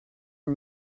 are